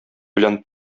белән